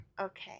Okay